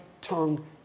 tongue